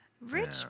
Rich